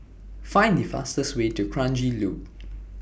Find The fastest Way to Kranji Loop